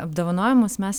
apdovanojimus mes